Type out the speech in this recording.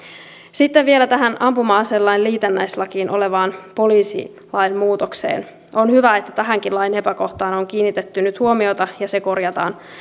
sitten vielä tähän ampuma aselain liitännäislakina olevaan poliisilain muutokseen on hyvä että tähänkin lain epäkohtaan on kiinnitetty nyt huomiota ja se korjataan